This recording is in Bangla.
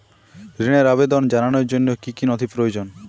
ঋনের আবেদন জানানোর জন্য কী কী নথি প্রয়োজন?